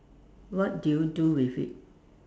what do you do with it